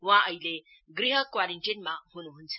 वहाँ अहिले गृह क्वारेन्टीनमा हुनुहुन्छ